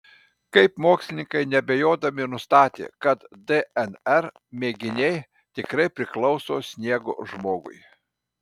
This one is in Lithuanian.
kaip mokslininkai neabejodami nustatė kad dnr mėginiai tikrai priklauso sniego žmogui